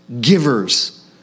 givers